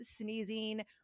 sneezing